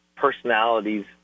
personalities